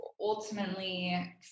ultimately